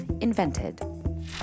Invented